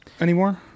anymore